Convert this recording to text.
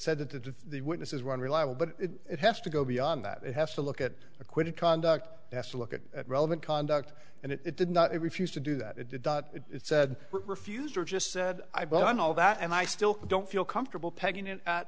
said that the witnesses were unreliable but it has to go beyond that it has to look at acquitted conduct has to look at relevant conduct and it did not refuse to do that it did it said refused or just said i but i'm all that and i still don't feel comfortable pegging it at